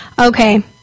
Okay